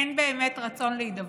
אין באמת רצון להידברות.